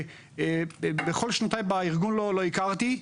שבכל שנותיי בארגון לא הכרתי,